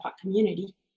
community